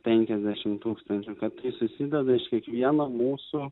penkiasdešimt tūkstančių kad tai susideda iš kiekvieno mūsų